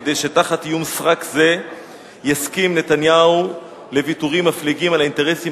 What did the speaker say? כדי שתחת איום סרק זה יסכים נתניהו לוויתורים מפליגים על האינטרסים